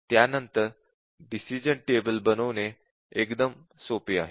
त्यानंतर decision table बनवणे एकदम सोपे आहे